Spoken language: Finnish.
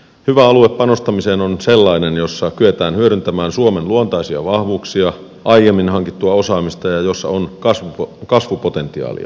hyvä alue panostamiseen on sellainen jossa kyetään hyödyntämään suomen luontaisia vahvuuksia ja aiemmin hankittua osaamista ja jossa on kasvupotentiaalia